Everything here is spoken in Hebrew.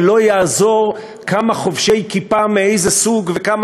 ולא יעזור כמה חובשי כיפה מאיזה סוג וכמה